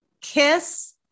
kiss